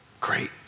Great